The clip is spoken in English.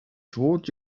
toward